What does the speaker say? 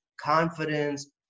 confidence